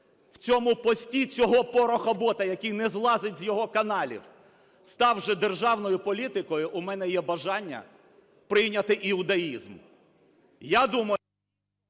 в цьому пості цього "порохобота", який не злазить з його каналів, став вже державною політикою, – у мене є бажання прийняти іудаїзм. Я думаю…